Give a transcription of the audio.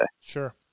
Sure